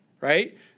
right